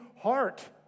heart